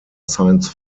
science